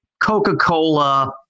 Coca-Cola